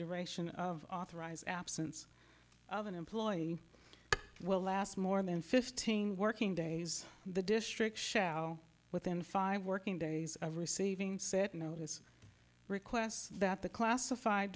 duration of authorize absence of an employee will last more than fifteen working days the district shall within five working days of receiving said notice requests that the classified